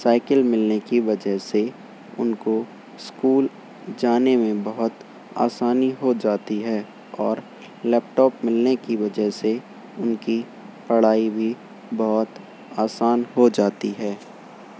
cycle ملنے کی وجہ سے ان کو اسکول جانے میں بہت آسانی ہو جاتی ہے اور لیپ ٹاپ ملنے کی وجہ سے ان کی پڑھائی بھی بہت آسان ہو جاتی ہے